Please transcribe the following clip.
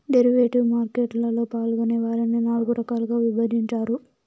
derivative market లలో పాల్గొనే వారిని నాల్గు రకాలుగా విభజించారు